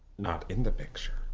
not in the picture.